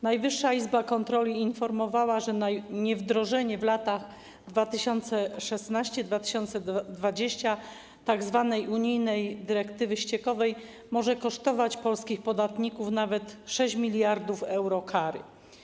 Najwyższa Izba Kontroli informowała, że niewdrożenie w latach 2016-2020 tzw. unijnej dyrektywy ściekowej może kosztować polskich podatników nawet 6 mld euro kary.